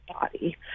body